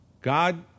God